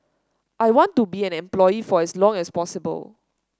I want to be an employee for as long as possible